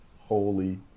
holy